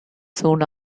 soon